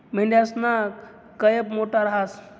मेंढयासना कयप मोठा रहास